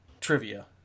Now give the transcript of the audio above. trivia